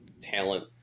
talent